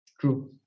True